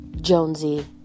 Jonesy